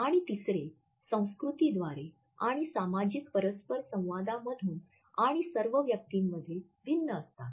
आणि तिसरे संस्कृतीद्वारे आणि सामाजिक परस्पर संवादामधून आणि सर्व व्यक्तींमध्ये भिन्न असतात